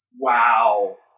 Wow